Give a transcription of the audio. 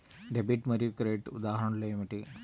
Debit మరియు credit ఉదాహరణలు ఏమిటీ?